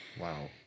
Wow